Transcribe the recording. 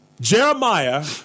Jeremiah